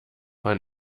man